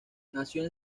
nació